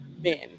Men